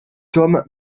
tom